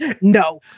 no